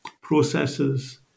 processes